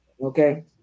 Okay